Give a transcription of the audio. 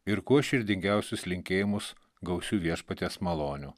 ir kuo širdingiausius linkėjimus gausių viešpaties malonių